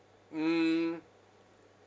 mm